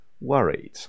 worried